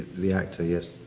the actor, yes.